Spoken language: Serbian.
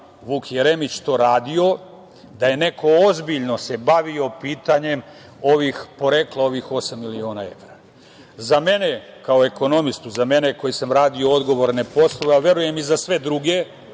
Vuk Jeremić to radio da je neko ozbiljno se bavio pitanjem porekla ovih osam miliona evra? Za mene kao ekonomistu, za mene koji sam radio odgovorne poslove, a verujem i za sve druge,